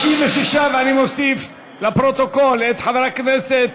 אני מוסיף לפרוטוקול את חבר הכנסת